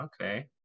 Okay